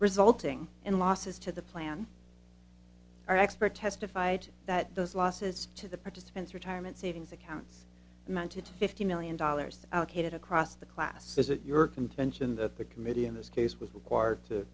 resulting in losses to the plan or expert testified that those losses to the participants retirement savings accounts amounted to fifty million dollars allocated across the class is it your contention that the committee in this case was required to